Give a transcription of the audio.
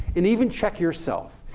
and even check yourself.